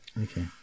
Okay